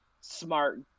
smart